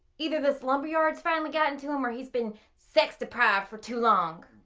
either this lumberyards finally got and to him or he's been sex deprived for too long.